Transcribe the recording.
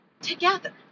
together